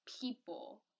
people